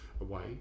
away